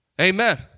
Amen